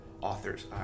authors